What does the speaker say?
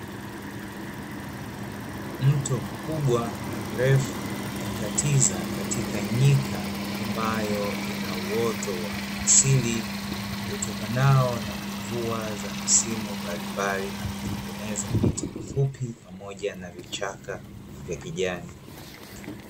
Mto mkubwa na mrefu ukikatiza katika nyika, ambayo ina uoto wa asili utokanao na mvua za msimu mbalimbali, na kutengeneza miti mifupi pamoja na vichaka vya kichani.